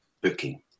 booking